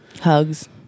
Hugs